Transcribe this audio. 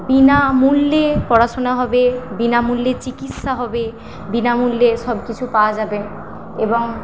বিনামূল্যে পড়াশোনা হবে বিনামূল্যে চিকিৎসা হবে বিনামূল্যে সব কিছু পাওয়া যাবে এবং